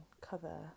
cover